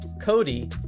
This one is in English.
Cody